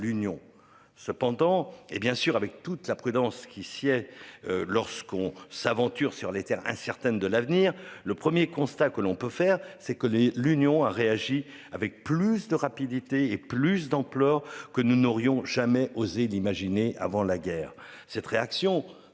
Cependant, et bien sûr avec toute la prudence qui sciait lorsqu'on s'aventure sur les Terres incertaine de l'avenir. Le 1er constat que l'on peut faire c'est que les l'union a réagi avec plus de rapidité et plus d'ampleur que nous n'aurions jamais osé l'imaginer avant la guerre,